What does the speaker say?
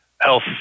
health